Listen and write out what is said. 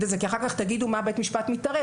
את זה כי אחר כך תגידו מה בית משפט מתערב.